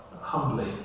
humbly